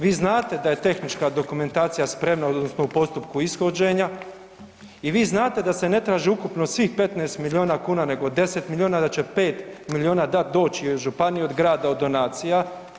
Vi znate da je tehnička dokumentacija spremna odnosno u postupku ishođenja i vi znate da se ne traži ukupno svih 15 milijuna kuna, nego 10 milijuna, da će 5 milijuna dati, doći od županije, od grada, od donacija.